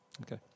Okay